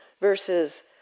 versus